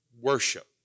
Worship